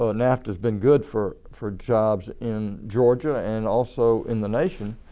ah nafta has been good for for jobs in georgia and also in the nation,